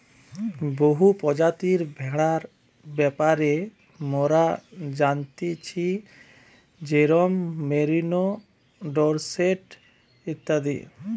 বহু প্রজাতির ভেড়ার ব্যাপারে মোরা জানতেছি যেরোম মেরিনো, ডোরসেট ইত্যাদি